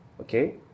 okay